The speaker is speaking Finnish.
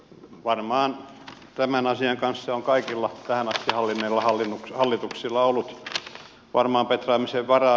varmaan tämän asian kanssa on kaikilla tähän asti hallinneilla hallituksilla ollut petraamiseen varaa